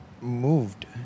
moved